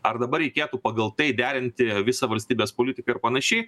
ar dabar reikėtų pagal tai derinti visą valstybės politiką ir panašiai